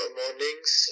mornings